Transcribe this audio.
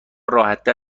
راحتتر